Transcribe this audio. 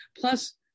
plus